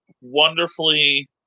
wonderfully